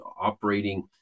operating